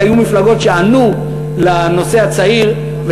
אבל היו מפלגות שענו על נושא הצעירים,